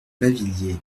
bavilliers